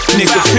nigga